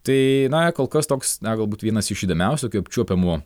tai na kol kas toks na galbūt vienas iš įdomiausių tokių apčiuopiamų